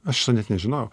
aš šito net nežinojau